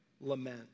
lament